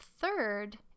third